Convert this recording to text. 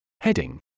Heading